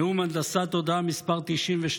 נאום הנדסת תודעת מס' 92,